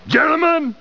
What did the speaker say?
Gentlemen